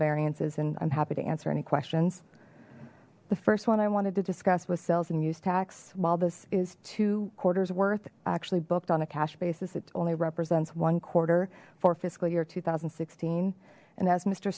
variances and i'm happy to answer any questions the first one i wanted to discuss with sales and use tax while this is two quarters worth actually booked on a cash basis it only represents one quarter for fiscal year two thousand and sixteen and as mister